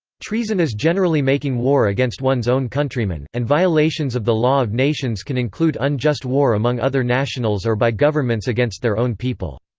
treason is generally making war against one's own countrymen, and violations of the law of nations can include unjust war among other nationals or by governments against their own people.